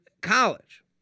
college